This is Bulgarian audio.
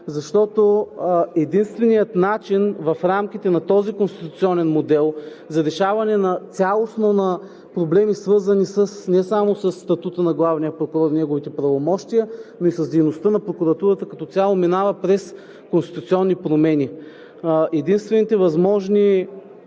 Единственият начин в рамките на този конституционен модел за решаване цялостно на проблеми, свързани не само със статута на главния прокурор и неговите правомощия, но и с дейността на прокуратурата, като цяло минава през конституционни промени. Единствените възможни